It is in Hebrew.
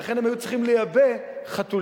והם היו צריכים לייבא חתולים.